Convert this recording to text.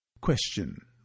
Question